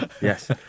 Yes